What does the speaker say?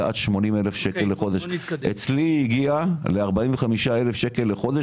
עד 80 אלף שקל לחודש אצלי הגיע ל45 אלף שקל לחודש,